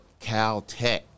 Caltech